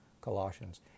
Colossians